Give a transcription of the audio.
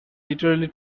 literally